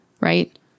right